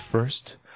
first